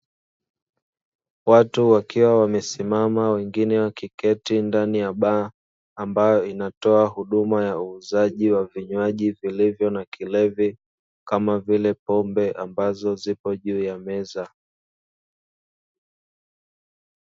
Watu wakiwa wamesimama wengine wakiketi ndani ya baa ambayo inatoa huduma ya uuzaji wa vinywaji vilivyo na kilevi kama vile pombe ambazo zipo juu ya meza.